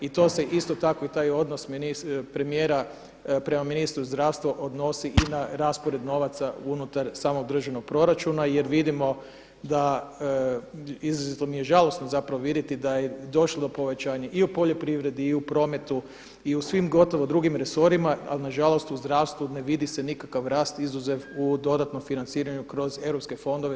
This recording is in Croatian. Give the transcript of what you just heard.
I to se isto tako i taj odnos premijera prema ministru zdravstva odnosi i na raspored novaca unutar samog državnog proračuna jer vidimo da izrazito mi je žalosno zapravo vidjeti da je došlo do povećanja i u poljoprivredi, i u prometu, i u svim gotovo drugim resorima ali nažalost u zdravstvu ne vidim se nikakav rast izuzev u dodatnom financiranju kroz europske fondove.